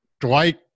dwight